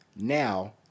now